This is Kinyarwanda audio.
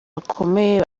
bakomeye